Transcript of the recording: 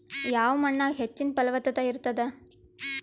ಯಾವ ಮಣ್ಣಾಗ ಹೆಚ್ಚಿನ ಫಲವತ್ತತ ಇರತ್ತಾದ?